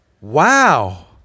wow